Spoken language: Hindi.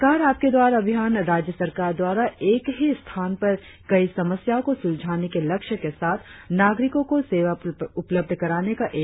सरकार आपके द्वार अभियान राज्य सरकार द्वारा एक ही स्थान पर कई समस्याओं को सुलझाने के लक्ष्य के साथ नागरिकों को सेवाएं उपलब्ध कराने का एक प्रयास है